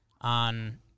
On